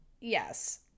Yes